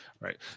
right